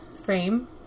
Frame